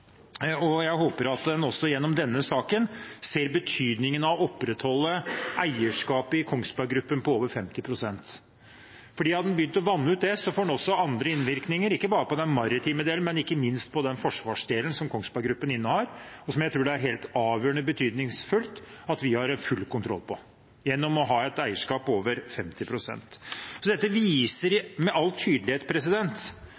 Jeg håper at en også gjennom denne saken ser betydningen av å opprettholde eierskapet i Kongsberg Gruppen på over 50 pst. Hadde en begynt å vanne ut det, får det andre innvirkninger, ikke bare på den maritime delen, men ikke minst også på forsvarsdelen som Kongsberg Gruppen innehar, og som jeg tror det er av helt avgjørende betydning at vi har full kontroll på gjennom å ha et eierskap på over 50 pst. Dette viser